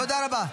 -- תודה רבה.